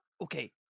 Okay